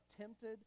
tempted